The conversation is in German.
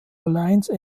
alliance